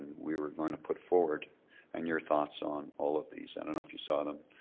we were going to put forward and your thoughts on all of these. i don't know if you saw them.